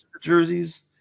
jerseys